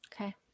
okay